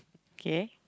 okay